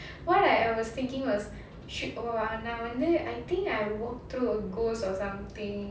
what I was thinking was நா வந்து:naa vanthu I think I walked through a ghost or something